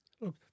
Look